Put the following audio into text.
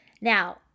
Now